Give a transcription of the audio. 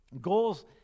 Goals